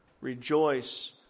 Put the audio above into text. rejoice